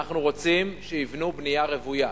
אנחנו רוצים שיבנו בנייה רוויה.